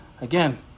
Again